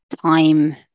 time